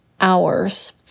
hours